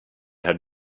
had